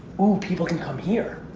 oh, people can come here.